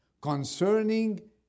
concerning